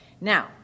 Now